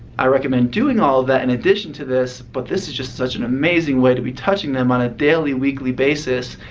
i recommend doing all that in addition to this, but this is just such an amazing way to be touching them on a daily, weekly basis.